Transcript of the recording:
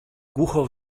głucho